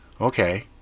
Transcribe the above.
Okay